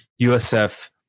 USF